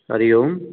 हरिओम